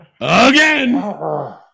Again